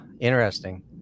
interesting